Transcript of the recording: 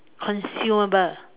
consumable